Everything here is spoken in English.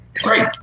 great